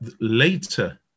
later